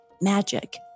magic